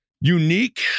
unique